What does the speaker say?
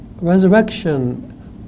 Resurrection